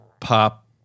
pop